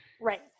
Right